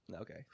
okay